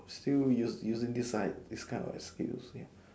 still use using this like this kind of excuse